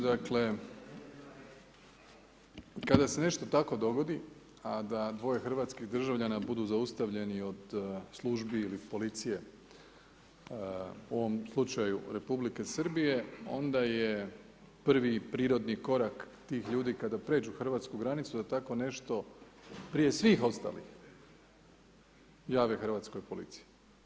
Dakle, kada se nešto tako dogodi, a da dvoje hrvatskih državljana budu zaustavljeni od službi ili policije, u ovom slučaju Republike Srbije, onda je prvi i prirodni korak tih ljudi kada pređu hrvatsku granicu da tako nešto, prije svih ostalih, jave hrvatskoj policiji.